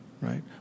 right